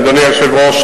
אדוני היושב-ראש,